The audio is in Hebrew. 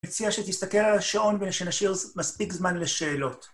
מציע שתסתכל על השעון ושנשאיר מספיק זמן לשאלות.